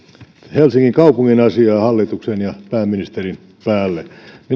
helsingin kaupungin asiaa hallituksen ja pääministerin päälle minä